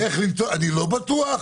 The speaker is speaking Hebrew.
לא בטוח.